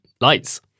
lights